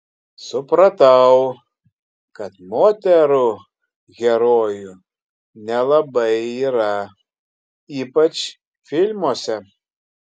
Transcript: supratau kad moterų herojų nelabai yra ypač filmuose